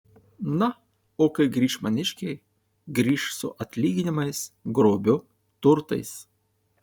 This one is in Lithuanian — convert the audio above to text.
na o kai grįš maniškiai grįš su atlyginimais grobiu turtais